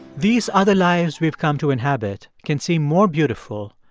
these other lives we've come to inhabit can seem more beautiful,